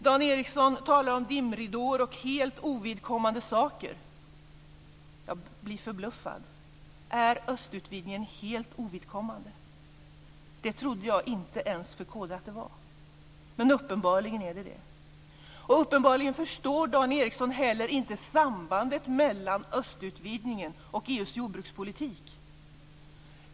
Dan Ericsson talar om dimridåer och helt ovidkommande saker. Jag blir förbluffad. Är östutvidgningen helt ovidkommande? Det trodde jag inte att den var ens för kd. Men uppenbarligen är det så, och uppenbarligen förstår Dan Ericsson inte heller sambandet mellan östutvidgningen och EU:s jordbrukspolitik.